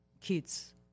kids